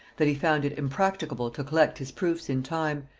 that he found it impracticable to collect his proofs in time,